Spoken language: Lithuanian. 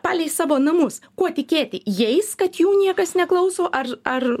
palei savo namus kuo tikėti jais kad jų niekas neklauso ar ar